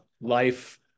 Life